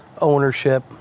ownership